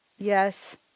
Yes